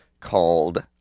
called